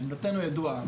עמדתנו ידועה,